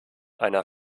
einer